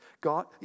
God